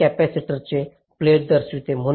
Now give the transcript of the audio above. हे कपॅसिटरची प्लेट दर्शवते